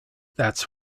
that’s